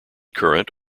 current